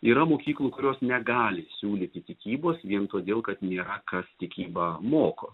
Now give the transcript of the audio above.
yra mokyklų kurios negali siūlyti tikybos vien todėl kad nėra kas tikybą moko